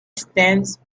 stands